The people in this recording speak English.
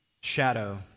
shadow